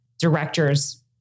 director's